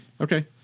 Okay